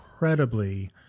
Incredibly